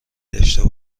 داشته